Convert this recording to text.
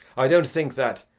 i don't think that,